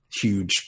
huge